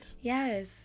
Yes